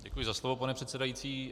Děkuji za slovo, pane předsedající.